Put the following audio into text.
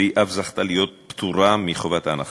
והיא אף זכתה להיות פטורה מחובת הנחה.